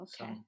okay